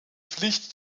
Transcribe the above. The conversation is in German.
pflichten